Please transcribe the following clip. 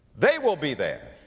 they will be there.